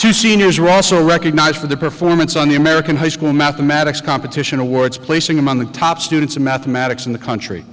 to seniors are also recognized for their performance on the american high school mathematics competition awards placing among the top students in mathematics in the country